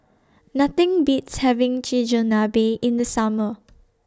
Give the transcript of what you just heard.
Nothing Beats having Chigenabe in The Summer